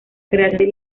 creación